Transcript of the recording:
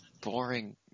boring